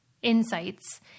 insights